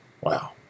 Wow